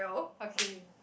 okay